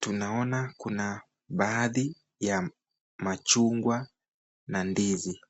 tunaona kuna baadhi ya machungwa na ndizi.